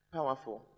Powerful